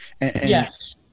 yes